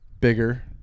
Bigger